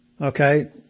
okay